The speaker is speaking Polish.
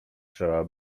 trzeba